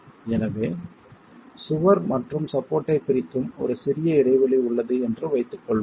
எனவே சுவர் மற்றும் சப்போர்ட் ஐப் பிரிக்கும் ஒரு சிறிய இடைவெளி உள்ளது என்று வைத்துக்கொள்வோம்